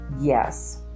Yes